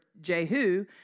Jehu